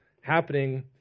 happening